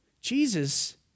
Jesus